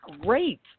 great